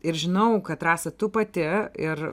ir žinau kad rasa tu pati ir